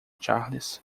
charles